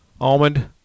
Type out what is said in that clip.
Almond